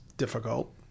Difficult